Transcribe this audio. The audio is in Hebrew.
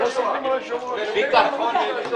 הישיבה נעולה.